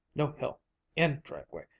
no hill in driveway,